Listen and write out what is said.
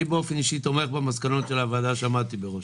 אני באופן אישי תומך במסקנות של הוועדה שעמדתי בראשה.